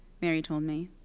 mary told me.